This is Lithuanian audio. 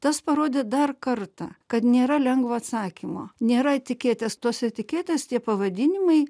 tas parodė dar kartą kad nėra lengvo atsakymo nėra etiketės tos etiketės tie pavadinimai